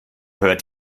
hört